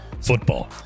football